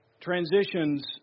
Transitions